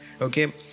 Okay